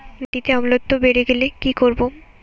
মাটিতে অম্লত্ব বেড়েগেলে কি করব?